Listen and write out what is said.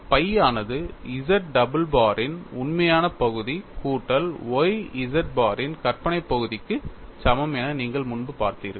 phi ஆனது Z double பாரின் உண்மையான பகுதி கூட்டல் y Z பாரின் கற்பனை பகுதிக்கு சமம் என நீங்கள் முன்பு பார்த்தீர்கள்